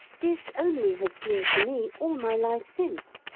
this only has seemed to me, all my life since,